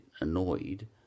annoyed